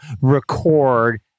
record